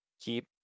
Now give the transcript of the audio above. Keep